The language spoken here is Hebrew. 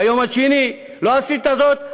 ביום השני לא עשית זאת,